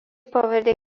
pavardė